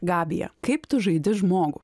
gabija kaip tu žaidi žmogų